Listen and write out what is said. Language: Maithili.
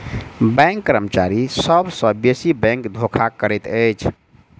बैंक कर्मचारी सभ सॅ बेसी बैंक धोखा करैत अछि